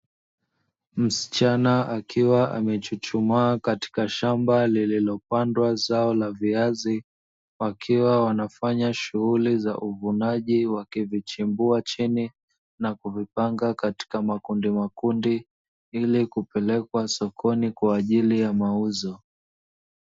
Msichana akiwa amechuchumaa katika shamba lililopandwa zao la viazi, wakiwa wanafanya shughuli za uvunaji wakivichimbua chini, na kuvipanga katika makundimakundi, ili kupelekwa sokoni kwa ajili ya mauzo.